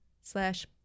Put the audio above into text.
slash